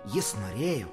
jis norėjo